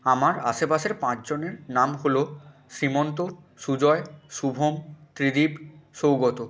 আমার আশেপাশের পাঁচজনের নাম হলো শ্ৰীমন্ত সুজয় শুভম ত্রিদিব সৌগত